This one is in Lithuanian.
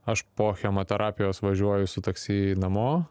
aš po chemoterapijos važiuoju su taksi namo